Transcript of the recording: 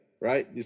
right